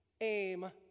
aim